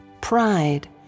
pride